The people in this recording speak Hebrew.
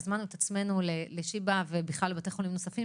הזמנו את עצמנו לשיבא ולבתי חולים נוספים